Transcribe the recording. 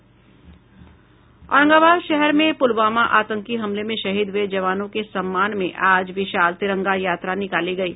औरंगाबाद शहर में पुलवामा आतंकी हमले में शहीद हुए जवानों के सम्मान में आज विशाल तिरंगा यात्रा निकाली गयी